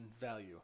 value